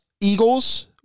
Eagles